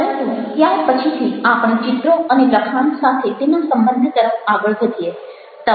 પરંતુ ત્યાર પછીથી આપણે ચિત્ર અને લખાણ સાથે તેના સંબંધ તરફ આગળ વધીએ